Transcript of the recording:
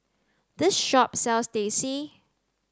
this shop sells Teh C